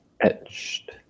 Etched